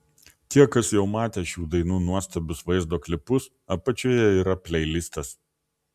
tie kas jau matė šių dainų nuostabius vaizdo klipus apačioje yra pleilistas